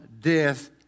death